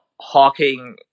hawking